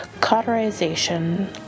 cauterization